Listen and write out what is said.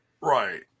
Right